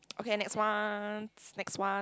okay next one next one